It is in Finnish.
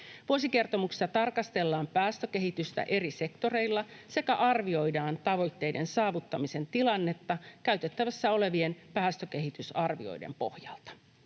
Vuosikertomuksessa tarkastellaan päästökehitystä eri sektoreilla sekä arvioidaan tavoitteiden saavuttamisen tilannetta käytettävissä olevien päästökehitysarvioiden pohjalta.